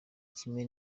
kimwe